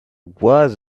was